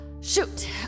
Shoot